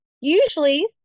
usually